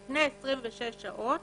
על פני 26 שעות,